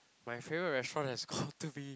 my favorite restaurant has got to be